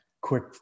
quick